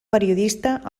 periodista